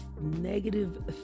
negative